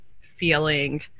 feeling